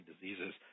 diseases